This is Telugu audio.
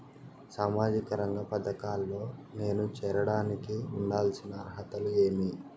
సామాజిక రంగ పథకాల్లో నేను చేరడానికి ఉండాల్సిన అర్హతలు ఏమి?